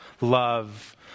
love